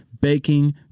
baking